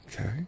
okay